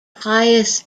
pious